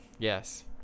Yes